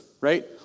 right